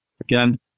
again